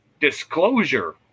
disclosure